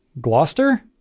Gloucester